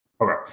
okay